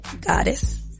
Goddess